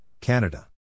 Canada